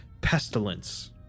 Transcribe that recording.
pestilence